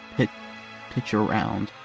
pitcher around.